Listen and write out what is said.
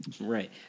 Right